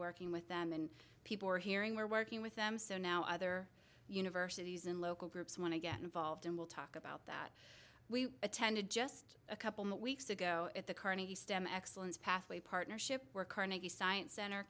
working with them and people are hearing we're working with them so now other universities and local groups want to get involved and we'll talk about that we attended just a couple weeks ago at the carnegie stem excellence pathway partnership where carnegie science center